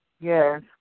Yes